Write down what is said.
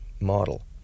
model